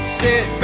sit